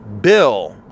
bill